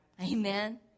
Amen